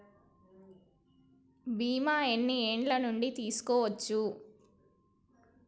బీమా ఎన్ని ఏండ్ల నుండి తీసుకోవచ్చు?